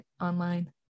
online